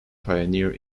pioneer